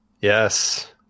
Yes